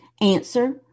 Answer